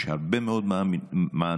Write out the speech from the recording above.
יש הרבה מאוד מענים.